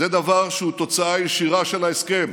זה דבר שהוא תוצאה ישירה של ההסכם.